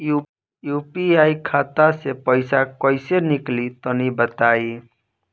UPI खाता से पइसा कइसे निकली तनि बताई?